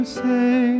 say